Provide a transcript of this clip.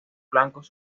flancos